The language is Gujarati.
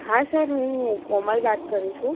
હા સર હું કોમલ વાત કરું છું